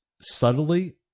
subtly